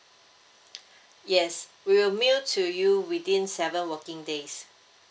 yes we will mail to you within seven working days